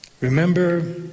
Remember